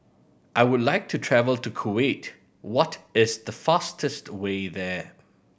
I would like to travel to Kuwait what is the fastest way there